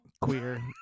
queer